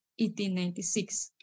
1896